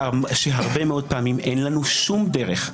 שהרבה מאוד פעמים אין לנו שום דרך,